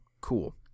Cool